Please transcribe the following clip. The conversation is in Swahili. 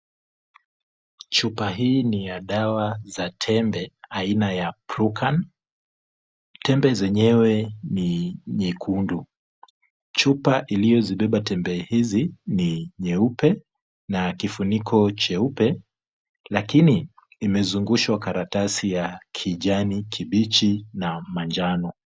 Chupa hii ni ya dawa za tembe aina ya Prukan. Tembe zenyewe ni nyekundu. Chupa iliyozibeba tembe hizi ni yeupe na kifuniko cheupe lakini imezungushwa karatasi ya kijani kibichi na manjano.